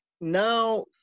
now